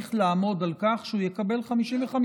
צריך לעמוד על כך שהוא יקבל 55%